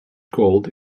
gould